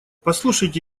послушайте